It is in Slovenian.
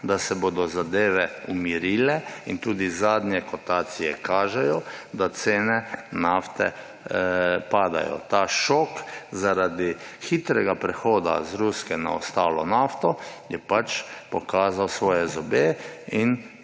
da se bodo zadeve umirile, in tudi zadnje kotacije kažejo, da cene nafte padajo. Ta šok zaradi hitrega prehoda z ruske na ostalo nafto je pač pokazal svoje zobe in